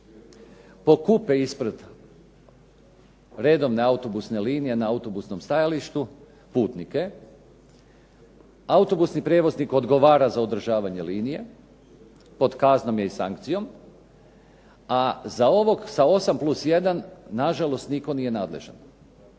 pokupe ispred redovne autobusne linije na autobusnom stajalištu putnike. Autobusni prijevoznik odgovara za održavanje linije, pod kaznom je i sankcijom, a za ovog sa 8+1 nažalost nitko nije nadležan.